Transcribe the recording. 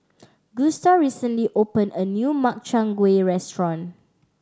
Gusta recently opened a new Makchang Gui restaurant